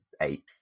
eight